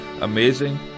Amazing